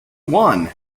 one